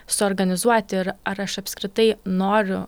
suorganizuoti ir ar aš apskritai noriu